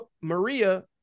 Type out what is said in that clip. Maria